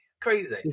Crazy